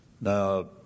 Now